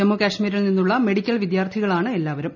ജമ്മു കശ്മീരിൽ നിന്നുള്ള മെഡിക്കൽ വിദ്യാർത്ഥികളാണ് എല്ലാവരും